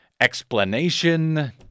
explanation